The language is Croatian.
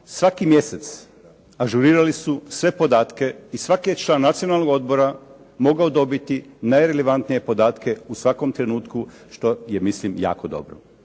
svaki mjesec ažurirali su sve podatke i svaki je član Nacionalnog odbora mogao dobiti najrelevantnije podatke u svakom trenutku što je jako dobro.